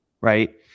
Right